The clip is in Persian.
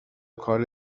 کار